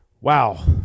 Wow